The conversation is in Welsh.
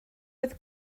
oedd